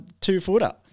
two-footer